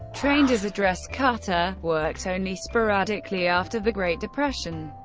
trained as a dress cutter, worked only sporadically after the great depression,